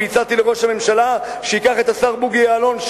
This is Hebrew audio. והצעתי לראש הממשלה שייקח את השר בוגי יעלון,